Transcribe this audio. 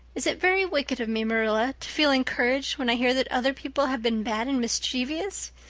is it very wicked of me, marilla, to feel encouraged when i hear that other people have been bad and mischievous?